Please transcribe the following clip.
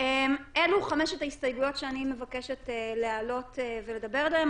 אלו חמש ההסתייגויות שאני מבקשת להעלות ולדבר עליהן.